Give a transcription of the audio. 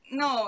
no